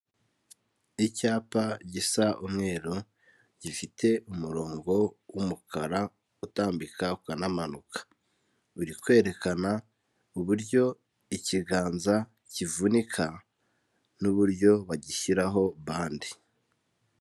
Icyapa gisa umweru gifite umurongo w'umukara utambika ukanamanuka, uri kwerekana uburyo ikiganza kivunika n'uburyo bagishyiraho bande.